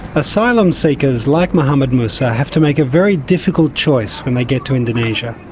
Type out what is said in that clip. asylum seekers like muhammed musa have to make a very difficult choice when they get to indonesia.